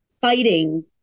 fighting